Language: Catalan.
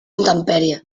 intempèrie